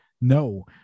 No